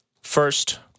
First